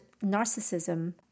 narcissism